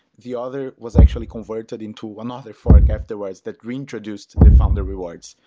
the other was actually converted into another fork afterwards that reintroduced the founder rewards.